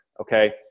okay